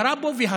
ירה בו והרגו.